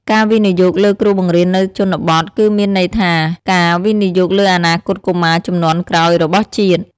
ការវិនិយោគលើគ្រូបង្រៀននៅជនបទ គឺមានន័យថាការវិនិយោគលើអនាគតកុមារជំនាន់ក្រោយរបស់ជាតិ។